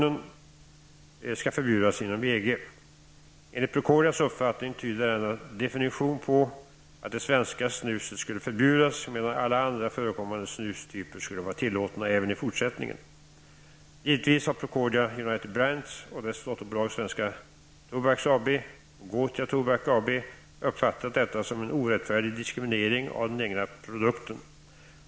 Enligt Procordias uppfattning tyder denna definition på att det svenska snuset skulle förbjudas medan alla andra förekommande snustyper skulle vara tillåtna även i fortsättningen. Givetvis har Svenska Tobaks AB och Gotia Tobak AB uppfattat detta som en orättfärdig diskriminering av den egna produkten.